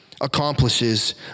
accomplishes